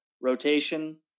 rotation